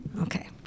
Okay